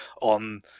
on